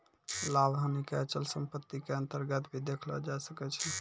लाभ हानि क अचल सम्पत्ति क अन्तर्गत भी देखलो जाय सकै छै